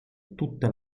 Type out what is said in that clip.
tutta